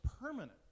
permanent